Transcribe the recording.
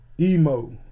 emo